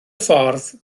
ffordd